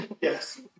yes